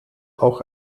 auch